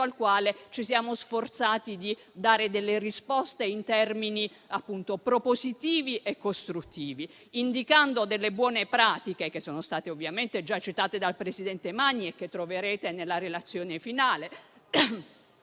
al quale ci siamo sforzati di dare risposte in termini propositivi e costruttivi, indicando delle buone pratiche, che sono state ovviamente già citate dal presidente Magni e che troverete nella relazione finale.